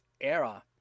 era